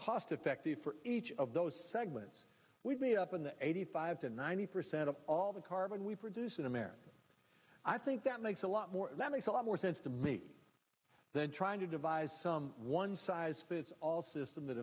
cost effective for each of those segments we've made up in the eighty five to ninety percent of all the carbon we produce in america i think that makes a lot more that makes a lot more sense to me than trying to devise some one size fits all system that